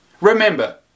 Remember